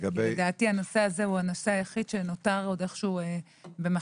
לדעתי הנושא הזה הוא הנושא היחיד שעוד איכשהו נותר במחלוקת.